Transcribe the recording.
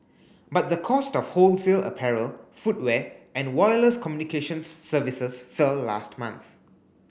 but the cost of wholesale apparel footwear and wireless communications services fell last month